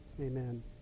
amen